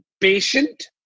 patient